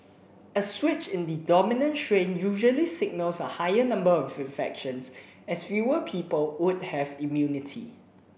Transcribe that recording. a switch in the dominant strain usually signals a higher number of infections as fewer people would have immunity